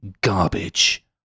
garbage